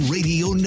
Radio